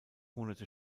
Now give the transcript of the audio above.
monate